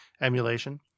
emulation